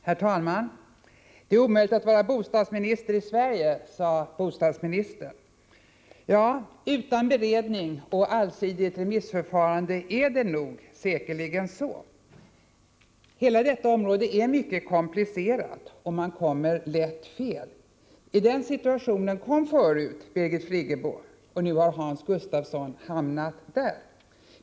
Herr talman! Det är omöjligt att vara bostadsminister i Sverige, sade bostadsministern. Ja, utan beredning och allsidigt remissförfarande är det nog så. Hela detta område är mycket komplicerat, och man kommer lätt fel. I den situationen kom förut Birgit Friggebo, och nu har Hans Gustafsson hamnat där.